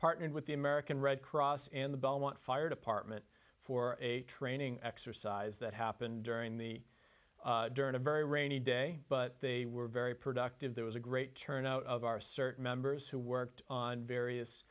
partnered with the american red cross and the beaumont fire department for a training exercise that happened during the during a very rainy day but they were very productive there was a great turnout of our certain members who worked on various